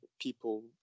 people